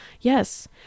yes